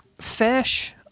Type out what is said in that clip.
fish